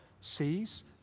Sees